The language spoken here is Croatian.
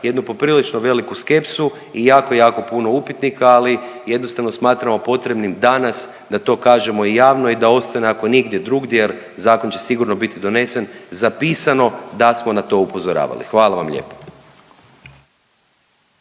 jednu poprilično veliku skepsu i jako, jako puno upitnika ali jednostavno smatramo potrebnim danas da to kažemo i javno i da ostane ako nigdje drugdje, jer zakon će sigurno biti donesen, zapisano da smo na to upozoravali. Hvala vam lijepo.